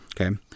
Okay